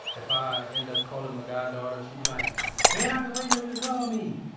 if i end up calling my goddaughter, she be like man, i've been waiting on you to call me.